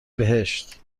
بهشت